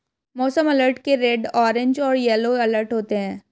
मौसम अलर्ट के red orange और येलो अलर्ट होते हैं